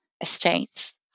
estates